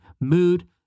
mood